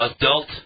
adult